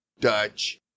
Dutch